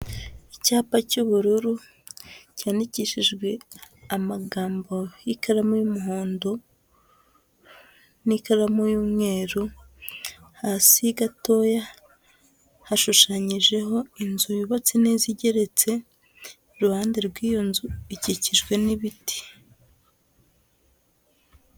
Icyapa cy'ubururu cyanikishijwe amagambo y'ikaramu y'umuhondo n'ikaramu y'umweru, hasi gatoya hashushanyijeho inzu yubatse neza igeretse, iruhande rw'iyo nzu ikikijwe n'ibiti.